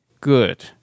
good